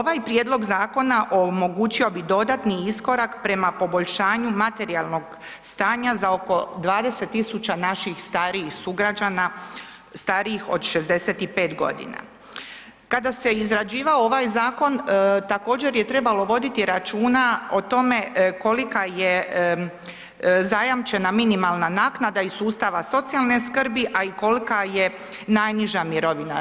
Ovaj prijedlog zakona omogućio bi dodatni iskorak prema poboljšanju materijalnog stanja za oko 20 000 naših starijih sugrađana, starijih od 65.g. Kada se izrađivao ovaj zakon također je trebalo voditi računa o tome kolika je zajamčena minimalna naknada iz sustava socijalne skrbi, a i kolika je najniža mirovina.